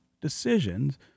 decisions